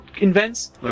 invents